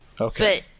Okay